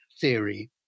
theory